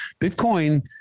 Bitcoin